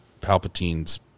Palpatine's